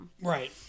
Right